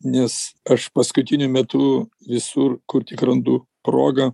nes aš paskutiniu metu visur kur tik randu progą